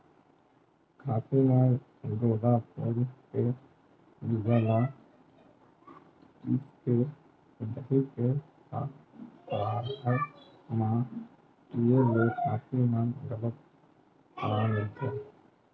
खाँसी म गोंदा फूल के बीजा ल पिसके दही के संघरा म पिए ले खाँसी म घलो अराम मिलथे